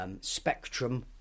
spectrum